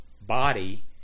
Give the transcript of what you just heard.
body